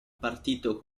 partito